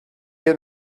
had